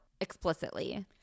explicitly